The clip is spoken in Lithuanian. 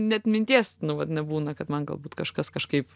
net minties nu vat nebūna kad man galbūt kažkas kažkaip